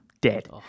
Dead